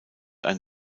ein